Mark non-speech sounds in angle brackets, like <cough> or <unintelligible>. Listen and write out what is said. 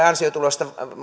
<unintelligible> ansiotuloista